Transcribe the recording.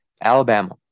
Alabama